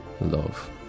love